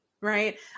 Right